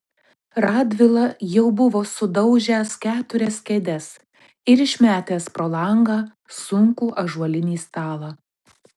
radvila jau buvo sudaužęs keturias kėdes ir išmetęs pro langą sunkų ąžuolinį stalą